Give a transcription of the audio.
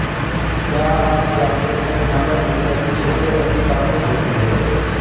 क्या आप जानते है हिमालयन मधुमक्खी सबसे अतिक्रामक होती है?